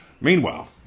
Meanwhile